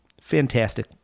Fantastic